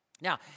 Now